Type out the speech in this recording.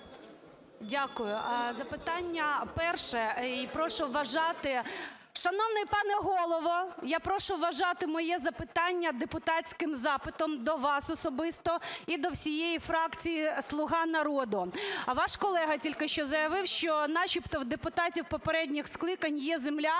Дякую. Запитання перше і прошу вважати… Шановний пане Голово! Я прошу вважати моє запитання депутатським запитом до вас особисто і до всієї фракції "Слуга народу". Ваш колега тільки що заявив, що начебто в депутатів попередніх скликань є земля,